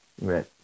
Right